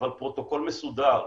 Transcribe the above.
אבל פרוטוקול מסודר,